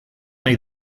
nahi